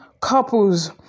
couples